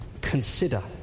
consider